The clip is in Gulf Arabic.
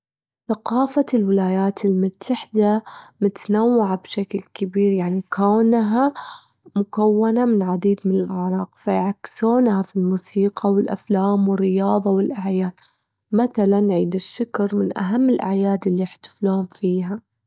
ثقافة الولايات المتحدة متنوعة بشكل كبير، يعني كونها مكونة من العديد من الأعراق، فيعكسونها في الموسيقى والأفلام والرياضة والأعياد، متلًا عيد الشكر من أهم الأعياد اللي يحتفلون فيها.